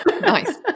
nice